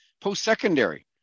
post-secondary